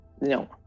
No